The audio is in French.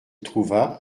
trouva